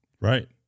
Right